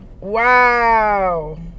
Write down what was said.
Wow